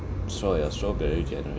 so ya strawberry generation